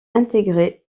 intégré